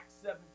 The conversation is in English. seven